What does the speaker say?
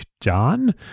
John